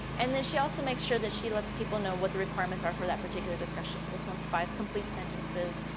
and then she also makes sure that she lets people know what the requirements are for those particular discussion. this one is five complete sentences.